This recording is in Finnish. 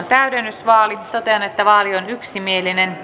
täydennysvaali totean että vaali on yksimielinen